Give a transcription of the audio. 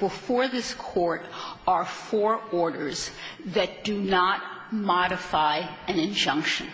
before this court are for orders that do not modify an injunction